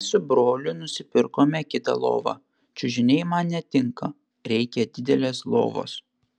mes su broliu nusipirksime kitą lovą čiužiniai man netinka reikia didelės lovos